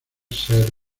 ser